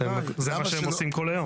זה מה שהם עושים כל היום.